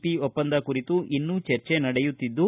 P ಒಪ್ಪಂದ ಕುರಿತು ಇನ್ನೂ ಚರ್ಚೆ ನಡೆಯುತ್ತಿದ್ದು